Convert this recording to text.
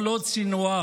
כל עוד סנוואר,